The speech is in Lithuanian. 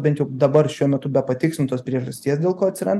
bent jau dabar šiuo metu be patikslintos priežasties dėl ko atsiranda